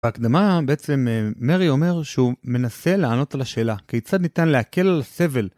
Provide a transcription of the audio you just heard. בהקדמה בעצם מרי אומר שהוא מנסה לענות על השאלה כיצד ניתן להקל על הסבל.